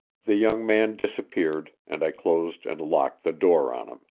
the young man disappeared, and i closed and locked the door on him.